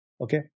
Okay